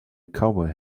cowboy